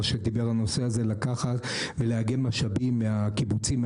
מה שדיבר על הנושא של לקחת ולעגן משאבים מהקיבוצים,